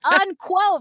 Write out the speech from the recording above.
unquote